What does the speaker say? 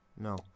No